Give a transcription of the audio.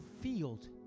field